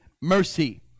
mercy